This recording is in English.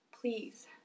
Please